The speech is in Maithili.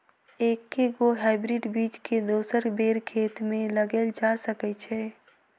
एके गो हाइब्रिड बीज केँ दोसर बेर खेत मे लगैल जा सकय छै?